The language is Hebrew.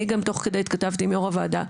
אני גם תוך כדי התכתבתי עם יו"ר הוועדה,